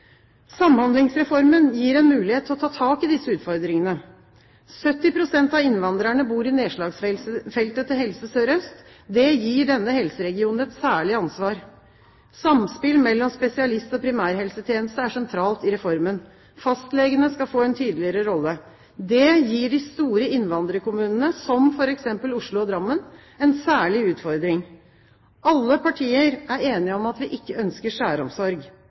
Samhandlingsreformen gir en mulighet til å ta tak i disse utfordringene. 70 pst. av innvandrerne bor i nedslagsfeltet til Helse Sør-Øst. Det gir denne helseregionen et særlig ansvar. Samspill mellom spesialist- og primærhelsetjeneste er sentralt i reformen. Fastlegene skal få en tydeligere rolle. Det gir de store innvandrerkommunene, som f.eks. Oslo og Drammen, en særlig utfordring. Alle partier er enige om at vi ikke ønsker